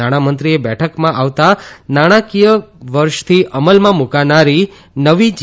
નાણામંત્રીએ બેઠકમાં આવતા નાણાકીય વર્ષથી અમલમાં મુકાનારી નવી જી